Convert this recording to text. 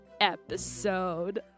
episode